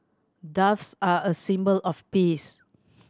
doves are a symbol of peace